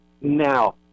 now